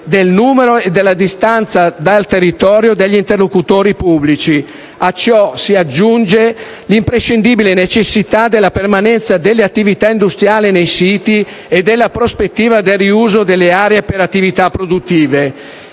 del numero e della distanza dal territorio degli interlocutori pubblici; a ciò si aggiunge l'imprescindibile necessità della permanenza delle attività industriali nei siti e della prospettiva del riuso delle aree per attività produttive.